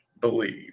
believe